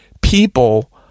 people